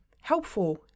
helpful